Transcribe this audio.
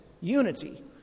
Unity